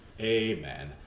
Amen